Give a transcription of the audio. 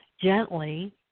gently